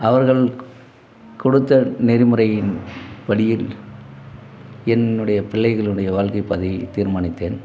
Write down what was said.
அவர்கள் கொடுத்த நெறிமுறையின் வழியின் என்னுடைய பிள்ளைகள்ளுடைய வாழ்க்கை பாதையை தீர்மானித்தேன்